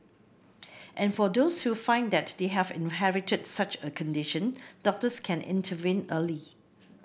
and for those who find that they have inherited such a condition doctors can intervene early